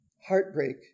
heartbreak